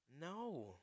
no